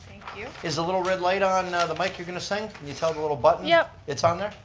you. is the little red light on the mic you're going to sing? can you tell the little button? yep. it's on there?